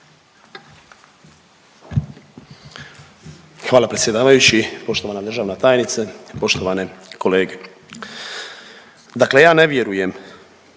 Hvala predsjedavajući. Poštovana državna tajnice, poštovane kolege. Dakle, ja ne vjerujem